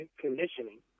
conditioning